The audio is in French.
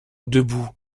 debout